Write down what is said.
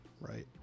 Right